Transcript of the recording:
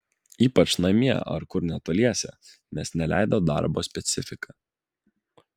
ypač namie ar kur netoliese nes neleido darbo specifika